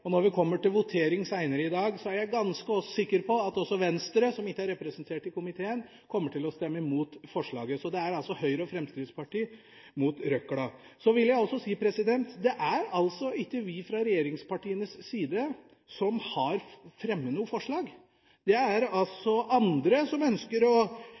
flertallet. Når vi kommer til votering senere i dag, er jeg ganske sikker på at også Venstre, som ikke er representert i komiteen, kommer til å stemme imot forslaget. Så det er altså Høyre og Fremskrittspartiet mot røkla. Så vil jeg også si: Det er ikke vi fra regjeringspartienes side som har fremmet noe forslag. Det er altså andre, som ønsker å